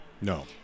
No